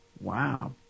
Wow